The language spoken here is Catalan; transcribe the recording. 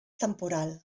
temporal